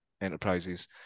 enterprises